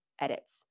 edits